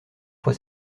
fois